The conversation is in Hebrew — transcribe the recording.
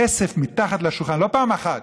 "כסף מתחת לשולחן" לא פעם אחת,